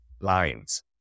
lines